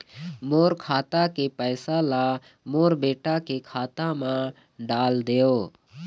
मोर खाता के पैसा ला मोर बेटा के खाता मा डाल देव?